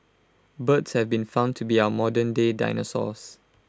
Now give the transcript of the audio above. birds have been found to be our modernday dinosaurs